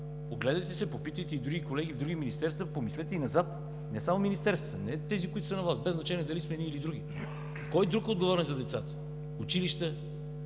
Огледайте се, попитайте и други колеги в други министерства, помислете и назад – не само министерствата, не тези, които са на власт – без значение дали сме ние, или други: кой друг е отговорен за децата – училища,